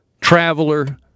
traveler